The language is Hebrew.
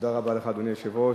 אדוני היושב-ראש,